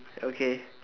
okay